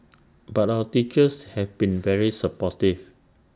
but our teachers have been very supportive